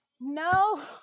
No